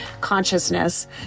consciousness